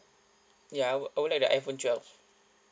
ya I would I would like the iphone twelve